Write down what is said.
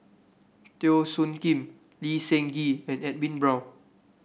Teo Soon Kim Lee Seng Gee and Edwin Brown